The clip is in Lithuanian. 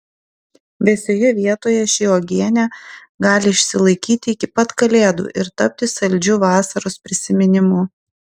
vėsioje vietoje ši uogienė gali išsilaikyti iki pat kalėdų ir tapti saldžiu vasaros prisiminimu